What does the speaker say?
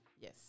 Yes